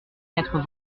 quatre